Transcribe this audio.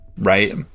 right